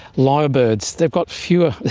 lyrebirds, they've got fewer,